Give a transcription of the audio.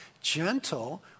gentle